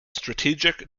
strategic